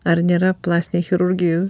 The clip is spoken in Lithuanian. ar nėra plastinėj chirurgijoj